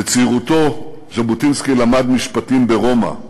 בצעירותו, ז'בוטינסקי למד משפטים ברומא.